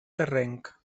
terrenc